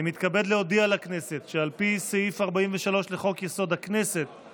אני מתכבד להודיע לכנסת שעל פי סעיף 43 לחוק-יסוד: הכנסת,